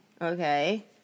Okay